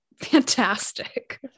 fantastic